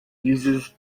uses